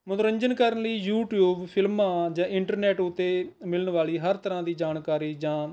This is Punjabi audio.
ਮੰਨੋਰੰਜਨ ਕਰਨ ਲਈ ਯੂਟਿਊਬ ਫਿਲਮਾਂ ਜਾਂ ਇੰਟਰਨੈੱਟ ਉੱਤੇ ਮਿਲਣ ਵਾਲੀ ਹਰ ਤਰ੍ਹਾਂ ਦੀ ਜਾਣਕਾਰੀ ਜਾਂ